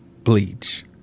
bleach